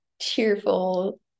cheerful